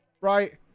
right